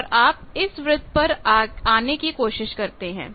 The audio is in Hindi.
और आप इस वृत्त पर आने की कोशिश करते हैं